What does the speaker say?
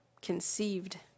conceived